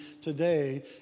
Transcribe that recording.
today